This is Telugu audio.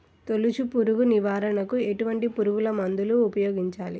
తొలుచు పురుగు నివారణకు ఎటువంటి పురుగుమందులు ఉపయోగించాలి?